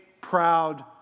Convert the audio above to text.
proud